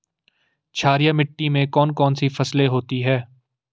क्षारीय मिट्टी में कौन कौन सी फसलें होती हैं?